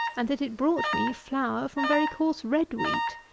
and that it brought me flour from very coarse red wheat.